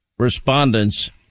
Respondents